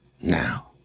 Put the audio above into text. now